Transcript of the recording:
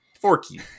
Forky